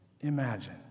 imagine